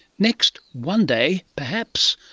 next, one day perhaps,